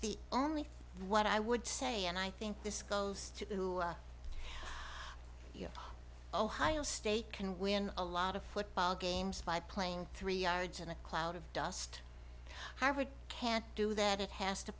the only what i would say and i think this goes to ohio state can win a lot of football games by playing three yards in a cloud of dust harvard can't do that it has to